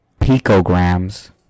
Picograms